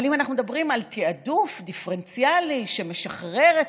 אבל אם אנחנו מדברים על תעדוף דיפרנציאלי שמשחרר את